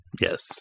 yes